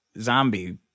zombie